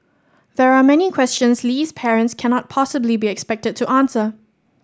there are many questions Lee's parents cannot possibly be expected to answer